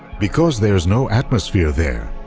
because there's no atmosphere there,